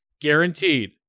guaranteed